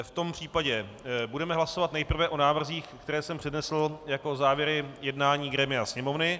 V tom případě budeme hlasovat nejprve o návrzích, které jsem přednesl jako závěry jednání grémia Sněmovny.